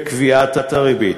לקביעת הריבית.